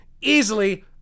easily